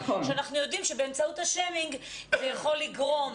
שאנחנו יודעים שבאמצעות השיימינג זה יכול לגרום.